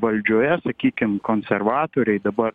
valdžioje sakykim konservatoriai dabar